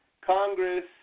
Congress